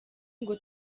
ngo